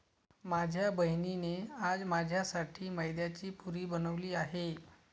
माझ्या बहिणीने आज माझ्यासाठी मैद्याची पुरी बनवली आहे